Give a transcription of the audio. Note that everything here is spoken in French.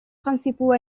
principaux